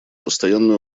постоянной